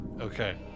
Okay